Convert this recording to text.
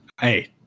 Hey